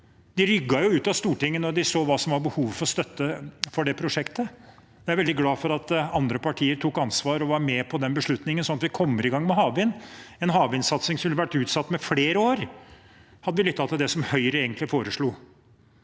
De rygget jo ut av Stortinget da de så hva som var behovet for støtte for det prosjektet. Jeg er veldig glad for at andre partier tok ansvar og var med på den beslutningen, sånn at vi kommer i gang med havvind – en havvindsatsing som ville vært utsatt med flere år, hadde vi lyttet til det Høyre egentlig foreslo.